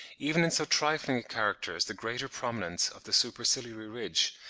even in so trifling a character as the greater prominence of the superciliary ridge,